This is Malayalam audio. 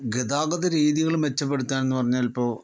ഗതാഗത രീതികള് മെച്ചപ്പെടുത്താൻ എന്ന് പറഞ്ഞാൽ ഇപ്പോൾ